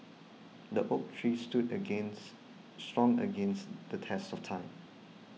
the oak tree stood against strong against the test of time